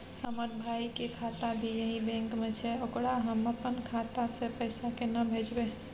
हमर भाई के खाता भी यही बैंक में छै ओकरा हम अपन खाता से पैसा केना भेजबै?